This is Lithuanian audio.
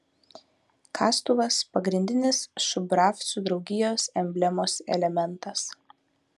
kastuvas pagrindinis šubravcų draugijos emblemos elementas